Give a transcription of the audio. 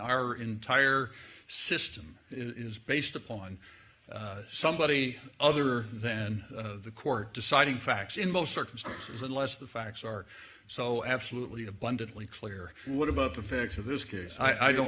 our entire system is based upon somebody other than the court deciding facts in most circumstances unless the facts are so absolutely abundantly clear what about the facts of his case i don't